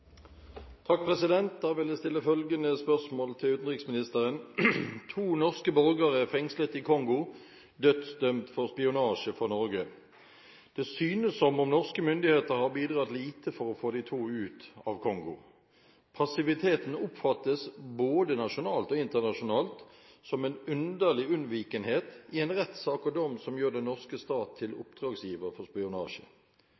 synes som om norske myndigheter har bidratt lite for å få de to ut av Kongo. Passiviteten oppfattes, både nasjonalt og internasjonalt, som en underlig unnvikenhet i en rettssak og dom som gjør den norske stat til